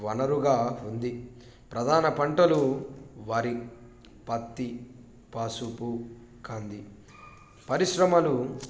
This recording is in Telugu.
వనరులుగా ఉంది ప్రధాన పంటలు వరి పత్తి పసుపు కంది పరిశ్రమలు